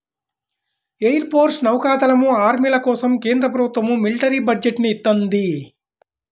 air force, నౌకా దళం, ఆర్మీల కోసం కేంద్ర ప్రభుత్వం మిలిటరీ బడ్జెట్ ని ఇత్తంది